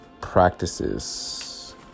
practices